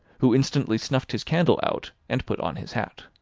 who instantly snuffed his candle out, and put on his hat.